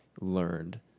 learned